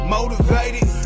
Motivated